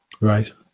Right